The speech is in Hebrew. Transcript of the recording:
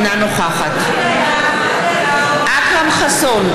אינה נוכחת אכרם חסון,